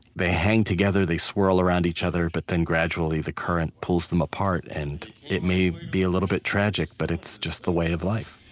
they hang together, they swirl around each other, but then, gradually, the current pulls them apart. and it may be a little bit tragic, but it's just the way of life